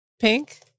Pink